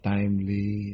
Timely